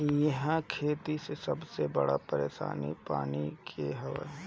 इहा खेती के सबसे बड़ परेशानी पानी के हअ